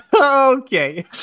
Okay